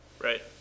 Right